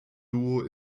duo